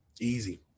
Easy